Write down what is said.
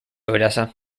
odessa